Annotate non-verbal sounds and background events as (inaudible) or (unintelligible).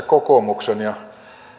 (unintelligible) kokoomuksen ja